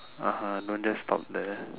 (uh huh) don't just stop there